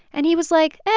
and he was like,